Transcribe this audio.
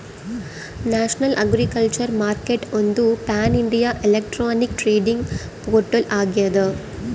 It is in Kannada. ನ್ಯಾಷನಲ್ ಅಗ್ರಿಕಲ್ಚರ್ ಮಾರ್ಕೆಟ್ಒಂದು ಪ್ಯಾನ್ಇಂಡಿಯಾ ಎಲೆಕ್ಟ್ರಾನಿಕ್ ಟ್ರೇಡಿಂಗ್ ಪೋರ್ಟಲ್ ಆಗ್ಯದ